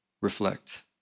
reflect